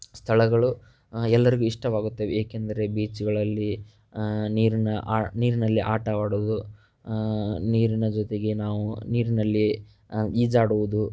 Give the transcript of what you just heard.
ಸ್ಥಳಗಳು ಎಲ್ಲರಿಗು ಇಷ್ಟವಾಗುತ್ತವೆ ಏಕೆಂದರೆ ಬೀಚ್ಗಳಲ್ಲಿ ನೀರನ್ನು ಆ ನೀರಿನಲ್ಲಿ ಆಟವಾಡೋದು ನೀರಿನ ಜೊತೆಗೆ ನಾವು ನೀರಿನಲ್ಲಿ ಈಜಾಡುವುದು